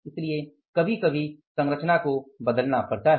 इसलिए कभी कभी संरचना को बदलना पड़ता है